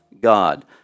God